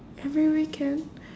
every weekend